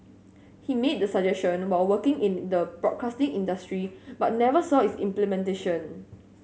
he made the suggestion while working in the broadcasting industry but never saw its implementation